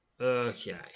Okay